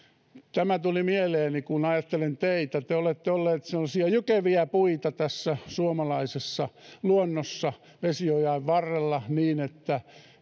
tämä tuli mieleeni kun ajattelin teitä te te olette olleet semmoisia jykeviä puita suomalaisessa luonnossa vesiojain varrella niin että